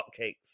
hotcakes